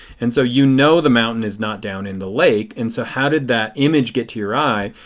and so you know the mountain is not down in the lake and so how did that image get to your eye?